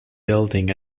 building